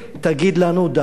תגיד לנו: די,